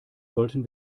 sollten